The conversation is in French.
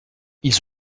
ils